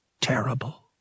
terrible